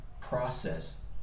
process